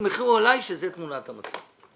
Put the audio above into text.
ותסמכו עליי שזאת תמונת המצב.